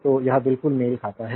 तो यह बिल्कुल मेल खाता है